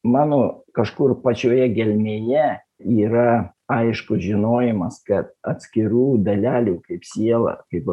mano kažkur pačioje gelmėje yra aiškus žinojimas kad atskirų dalelių kaip siela kaip